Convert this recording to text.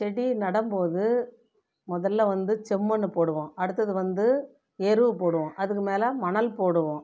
செடி நடும்போது முதல்ல வந்து செம்மண்ணை போடுவோம் அடுத்தது வந்து எருவு போடுவோம் அதுக்கு மேல் மணல் போடுவோம்